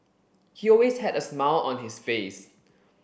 he always had a smile on his face